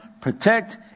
protect